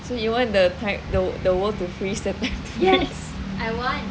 so you want the world to freeze the time